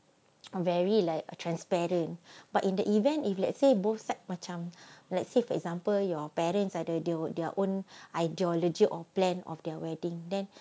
um very like uh transparent but in the event if let's say both side macam let's say for example your parents either deal with their own ideology or plan of their wedding then